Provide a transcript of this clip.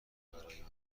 برای